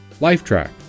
Lifetrack